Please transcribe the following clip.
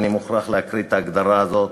אני מוכרח להקריא את ההגדרה הזאת,